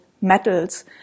metals